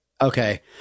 okay